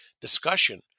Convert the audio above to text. discussion